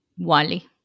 Wally